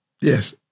Yes